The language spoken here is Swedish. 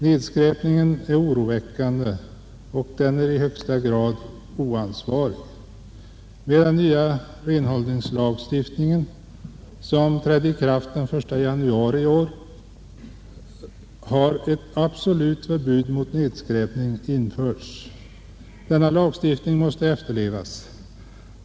Nedskräpningen är oroväckande, och den är i högsta grad oansvarig. Med den nya renhållningslagstiftningen, som trädde i kraft den 1 januari i år, har ett absolut förbud mot nedskräpning införts. Denna lagstiftning måste efterlevas.